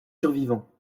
survivants